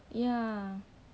ya